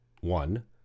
One